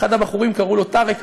לאחד הבחורים קראו טארק,